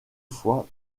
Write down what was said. fois